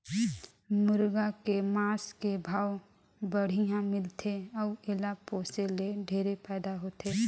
मुरगा के मांस के भाव बड़िहा मिलथे अउ एला पोसे ले ढेरे फायदा होथे